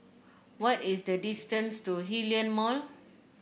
what is the distance to Hillion Mall